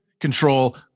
control